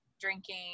drinking